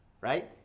right